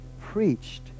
preached